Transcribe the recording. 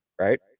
right